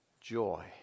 joy